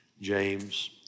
James